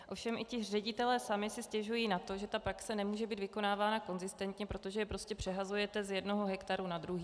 Ovšem i ředitelé sami si stěžují na to, že praxe nemůže být vykonávána konzistentně, protože je prostě přehazujete z jednoho hektaru na druhý.